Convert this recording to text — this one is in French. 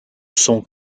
son